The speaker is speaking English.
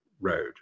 road